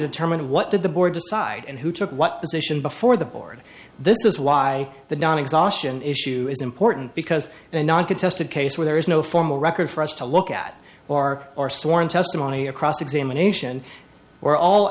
determine what did the board decide and who took what position before the board this is why the don exhaustion issue is important because they're not contested case where there is no formal record for us to look at our or sworn testimony or cross examination or all